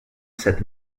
set